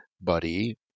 buddy